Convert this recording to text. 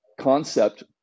concept